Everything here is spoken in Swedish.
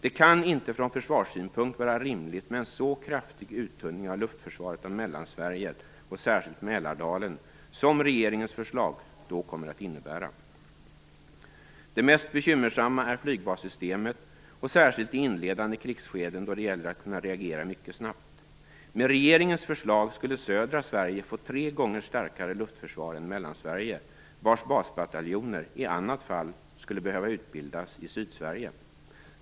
Det kan inte från försvarssynpunkt vara rimligt med en så kraftig uttunning av luftförsvaret av Mellansverige och särskilt Mälardalen, som regeringens förslag då kommer att innebära. Det mest bekymmersamma är flygbassystemet, särskilt i inledande krigsskeden då det gäller att kunna reagera mycket snabbt. Med regeringens förslag skulle södra Sverige få tre gånger starkare luftförsvar än Mellansverige, vars basbataljoner i annat fall skulle behöva utbildas i Sydsverige.